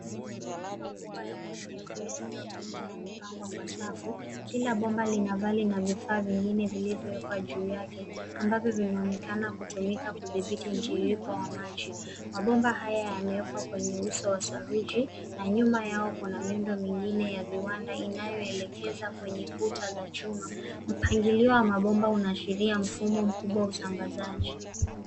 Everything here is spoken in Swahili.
Mabomba makubwa ya rangi ya buluu yaliyopinda yamepangwa kwa safu, kila bomba lina vali na vifaa vingine vilivyowekwa juu yake, ambavyo vinaonekana kutumika kudhibiti mtiririko wa maji. Mabomba haya yamewekwa kwenye uso wa saruji na nyuma yao kuna miundo mingine ya viwanda inayoelekeza kwenye kuta za chuma. Mpangilio wa mabomba unaashiria mfumo mkubwa wa usambazaji.